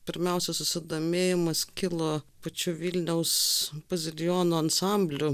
pirmiausia susidomėjimas kilo pačiu vilniaus bazilijonų ansambliu